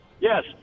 Yes